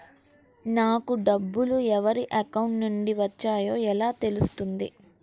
నాకు డబ్బులు ఎవరి అకౌంట్ నుండి వచ్చాయో ఎలా తెలుస్తుంది?